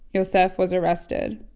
yosef was arrested.